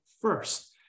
first